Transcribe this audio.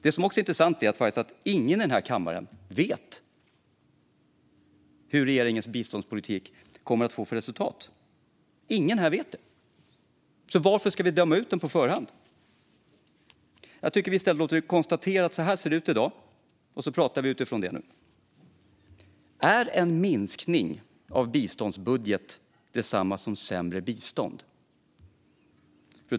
Det som också är intressant är att ingen i denna kammare vet vad regeringens biståndspolitik kommer att få för resultat. Ingen här vet det. Varför ska vi döma ut den på förhand? Jag tycker att vi i stället kan konstatera att det ser ut så här i dag, och så kan vi prata utifrån det. Fru talman! Är en minskning av biståndsbudgeten detsamma som sämre bistånd?